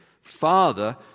Father